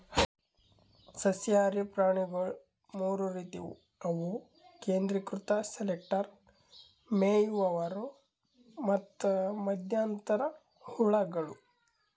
ಸಸ್ಯಹಾರಿ ಪ್ರಾಣಿಗೊಳ್ ಮೂರ್ ರೀತಿವು ಅವು ಕೇಂದ್ರೀಕೃತ ಸೆಲೆಕ್ಟರ್, ಮೇಯುವವರು ಮತ್ತ್ ಮಧ್ಯಂತರ ಹುಳಗಳು